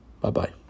Bye-bye